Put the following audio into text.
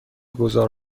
گذار